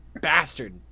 bastard